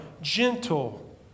gentle